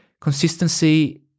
consistency